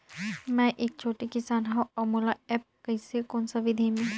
मै एक छोटे किसान हव अउ मोला एप्प कइसे कोन सा विधी मे?